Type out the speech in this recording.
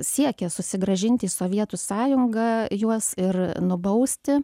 siekė susigrąžinti į sovietų sąjungą juos ir nubausti